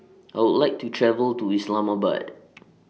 I Would like to travel to Islamabad